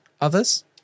others